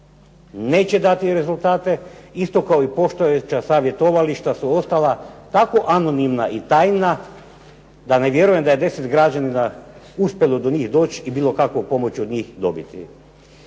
neće dati rezultate, isto kao i postojeća savjetovališta su ostala tako anonimna i tajna, da ne vjerujem da je 10 građanina uspjelo do njih doći i bilo kakvu pomoć od njih dobiti.